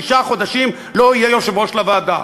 שישה חודשים לא יהיה יושב-ראש לוועדה,